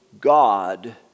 God